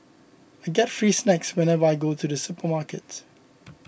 I get free snacks whenever I go to the supermarket